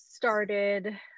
started